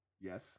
Yes